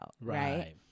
right